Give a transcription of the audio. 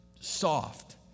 soft